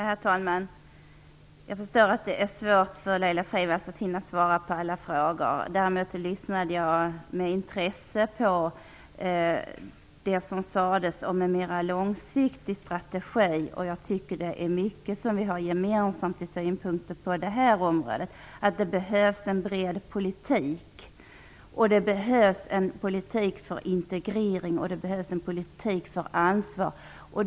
Herr talman! Jag förstår att det är svårt för Laila Freivalds att hinna svara på alla frågor. Jag lyssnade med intresse på det som sades om en mer långsiktig strategi. Vi har mycket gemensamt i synen på detta. Det behövs en bred politik, det behövs en politik för integrering, och det behövs en politik för ansvar.